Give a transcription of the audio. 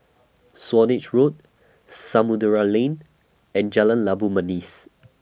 Swanage Road Samudera Lane and Jalan Labu Manis